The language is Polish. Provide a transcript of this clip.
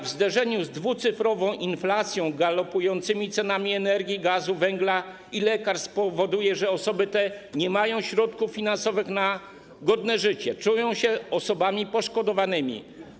W zderzeniu z dwucyfrową inflacją, galopującymi cenami energii, gazu, węgla i lekarstw powoduje, że te osoby nie mają środków finansowych na godne życie, czują się osobami poszkodowanymi.